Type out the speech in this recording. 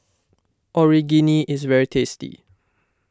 Onigiri is very tasty